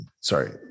sorry